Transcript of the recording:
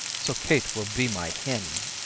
so kate will be my hen.